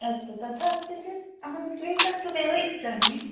अस्तु तथा अस्ति चेत् अहं स्वीकर्तुमेव इच्छामि